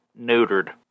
neutered